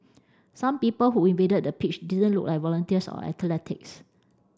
some people who invaded the pitch didn't look like volunteers or athletics